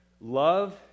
Love